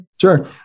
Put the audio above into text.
Sure